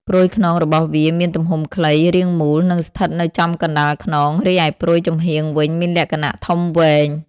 ព្រុយខ្នងរបស់វាមានទំហំខ្លី រាងមូល និងស្ថិតនៅចំកណ្ដាលខ្នង រីឯព្រុយចំហៀងវិញមានលក្ខណៈធំវែង។